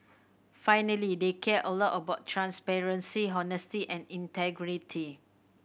finally they care a lot about transparency honesty and integrity